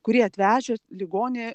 kurie atvežę ligonį